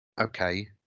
okay